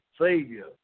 Savior